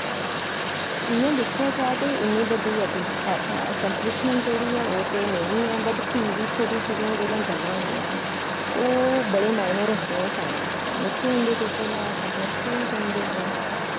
इयां दिक्खेआ जा ते इन्नी बड्डी ऐकम्पलिशमैंट जेह्ड़ी ऐ ओह् ते नेंई ऐ बट फ्ही बी छोटियां सोटियां जेह्ड़ियां गल्लां होंदियां न ओह् बड़ी माईने रखदियां न साढ़े आस्तै निक्के होंदे अस जिसलै अपने स्कूल जंदे हे